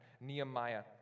Nehemiah